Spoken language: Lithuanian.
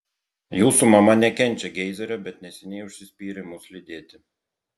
jūsų mama nekenčia geizerio bet neseniai užsispyrė mus lydėti